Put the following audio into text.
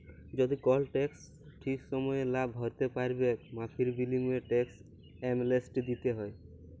যদি কল টেকস ঠিক সময়ে লা ভ্যরতে প্যারবেক মাফীর বিলীময়ে টেকস এমলেসটি দ্যিতে হ্যয়